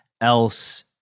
else